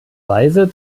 weise